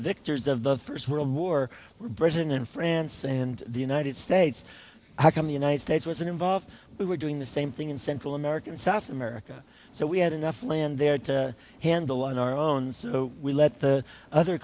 victors of the first world war were britain and france and the united states how come the united states wasn't involved we were doing the same thing in central america and south america so we had enough land there to handle on our own so we let the other